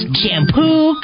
Shampoo